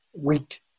weak